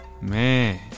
Man